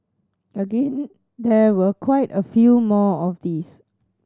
again there were quite a few more of these